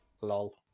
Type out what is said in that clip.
Lol